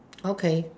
okay